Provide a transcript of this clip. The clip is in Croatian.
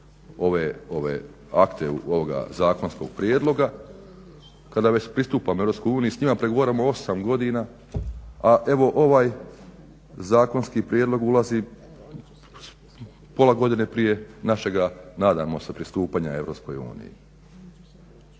ove akte ovog zakonskog prijedloga, kada već pristupamo Europskoj uniji, s njima pregovaramo 8 godina, a evo ovaj zakonski prijedlog ulazi pola godine prije našega nadamo se pristupanja